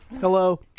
Hello